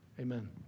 amen